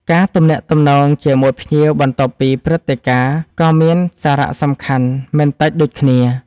ការទំនាក់ទំនងជាមួយភ្ញៀវបន្ទាប់ពីព្រឹត្តិការណ៍ក៏មានសារៈសំខាន់មិនតិចដូចគ្នា។